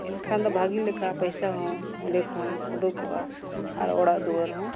ᱮᱱᱠᱷᱟᱱ ᱫᱚ ᱵᱷᱟᱜᱮ ᱞᱮᱠᱟ ᱯᱚᱭᱥᱟ ᱦᱚᱸ ᱚᱸᱰᱮᱠᱷᱚᱱ ᱩᱰᱩᱠᱚᱜᱼᱟ ᱟᱨ ᱚᱲᱟᱜ ᱫᱩᱣᱟᱹᱨ ᱦᱚᱸ